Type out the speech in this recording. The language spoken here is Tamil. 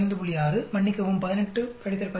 6 மன்னிக்கவும் 18 15